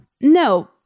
No